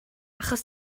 achos